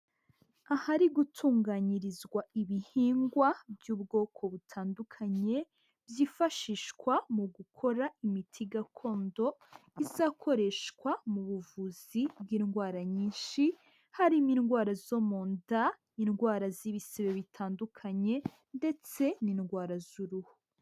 Ahari gutunganyirizwa ibihingwa by'ubwoko butandukanye, byifashishwa mu gukora imiti gakondo, izakoreshwa mu buvuzi bw'indwara nyinshi, harimo indwara zo mu nda, indwara z'ibisebe bitandukanye, ndetse n'indwara z'uruhu.